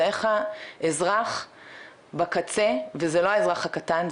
זה איך האזרח בקצה וזה לא האזרח הקטן,